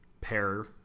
pair